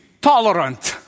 tolerant